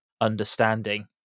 understanding